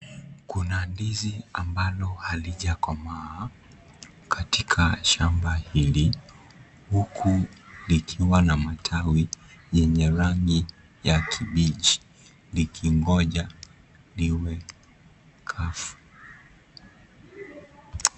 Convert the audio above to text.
Kuna ndizi ambalo halijakomaa katika shamba hili huku likiwa na matawi yenye rangi ya kibichi, likingoja liwe kavu.